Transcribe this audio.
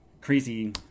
crazy